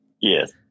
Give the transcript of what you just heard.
Yes